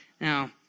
Now